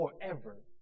forever